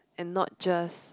and not just